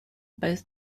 both